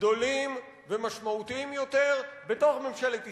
גדולים ומשמעותיים יותר בתוך ממשלת ישראל.